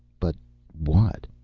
but what?